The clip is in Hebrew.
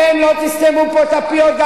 אתם לא תסתמו פה את הפיות,